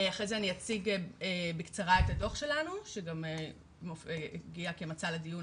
לאחר מכן אציג בקצרה את הדו"ח שלנו שגם הגיע כמצע לדיון